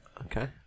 Okay